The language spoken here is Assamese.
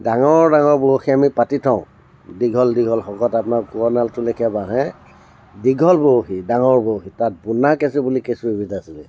ডাঙৰ ডাঙৰ বৰশী আমি পাতি থওঁ দীঘল দীঘল শকত আপোনাৰ কোৱ নালটোৰ লৈকে বাঁহে দীঘল বৰশী ডাঙৰ বৰশী তাত বোন্দা কেঁচু বুলি কেঁচু এবিধ আছিলে